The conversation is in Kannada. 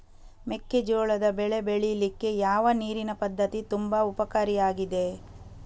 ಮೆಕ್ಕೆಜೋಳದ ಬೆಳೆ ಬೆಳೀಲಿಕ್ಕೆ ಯಾವ ನೀರಿನ ಪದ್ಧತಿ ತುಂಬಾ ಉಪಕಾರಿ ಆಗಿದೆ?